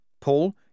Paul